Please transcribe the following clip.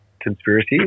conspiracy